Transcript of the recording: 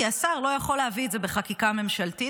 כי השר לא יכול להביא את זה בחקיקה ממשלתית,